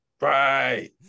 Right